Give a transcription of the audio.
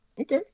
Okay